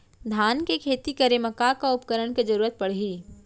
धान के खेती करे मा का का उपकरण के जरूरत पड़हि?